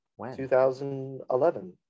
2011